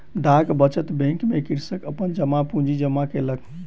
डाक बचत बैंक में कृषक अपन जमा पूंजी जमा केलक